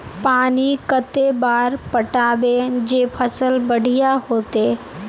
पानी कते बार पटाबे जे फसल बढ़िया होते?